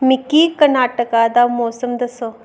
मिगी कर्नाटक दा मौसम दस्सो